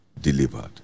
delivered